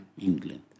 England